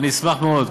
אני אשמח מאוד.